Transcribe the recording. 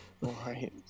Right